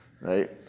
right